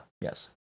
Yes